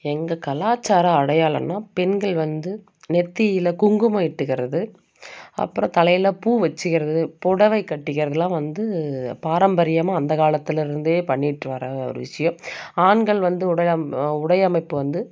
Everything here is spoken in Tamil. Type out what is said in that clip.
எங்கள் கலாச்சார அடையாளன்னால் பெண்கள் வந்து நெற்றியில குங்குமம் இட்டுகிறது அப்புறம் தலையில் பூ வெச்சுக்கிறது புடவை கட்டிகிறதெலாம் வந்து பாரம்பரியமாக அந்த காலத்தில் இருந்தே பண்ணிகிட்டு வராங்க ஒரு விஷயம் ஆண்கள் வந்து உடை அம் உடை அமைப்பு வந்து